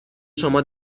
شما